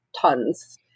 tons